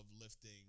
lifting